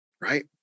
right